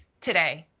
today,